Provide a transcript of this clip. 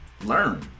Learn